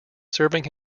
serving